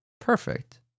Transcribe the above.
Perfect